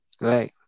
Right